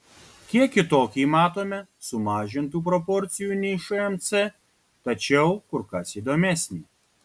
kiek kitokį matome sumažintų proporcijų nei šmc tačiau kur kas įdomesnį